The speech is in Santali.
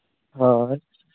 ᱦᱳᱭ